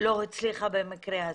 הצליחה במקרה הזה.